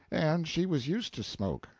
and she was used to smoke,